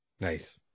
Nice